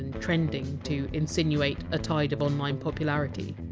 and trending, to insinuate! a tide of online popularity.